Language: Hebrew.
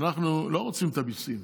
אנחנו לא רוצים את המיסים,